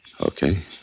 Okay